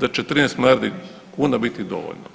da će 13 milijardi kuna biti dovoljno.